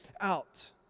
out